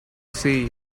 see